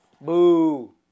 Boo